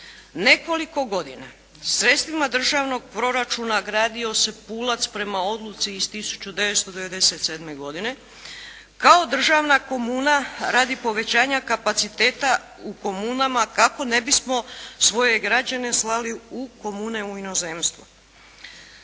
Nekoliko godina sredstvima državnog proračuna gradio se "Pulac" prema odluci iz 1997. godine, kao državna komuna radi povećanja kapaciteta u komunama kako ne bismo svoje građane slali u komune u inozemstvo.